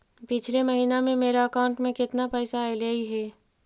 पिछले महिना में मेरा अकाउंट में केतना पैसा अइलेय हे?